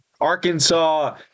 Arkansas